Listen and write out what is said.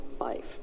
life